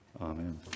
Amen